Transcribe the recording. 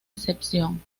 excepción